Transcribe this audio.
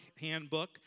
handbook